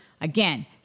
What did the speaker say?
again